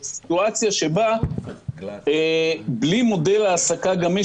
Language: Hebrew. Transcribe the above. סיטואציה שבה בלי מודל העסקה גמיש